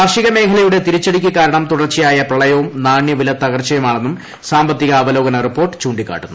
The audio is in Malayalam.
കാർഷിക മേഖലയുടെ തിരിച്ചുടിക്ക് കാരണം തുടർച്ചയായ പ്രളയവും നാണ്യവിലത്തകർച്ചയുമാണെന്നും സാമ്പത്തിക അവലോകന റിപ്പോർട്ട് ചൂണ്ടിക്കാട്ടുന്നു